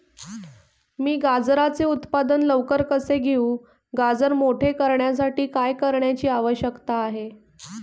मी गाजराचे उत्पादन लवकर कसे घेऊ? गाजर मोठे करण्यासाठी काय करण्याची आवश्यकता आहे?